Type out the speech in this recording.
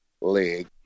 leg